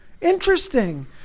Interesting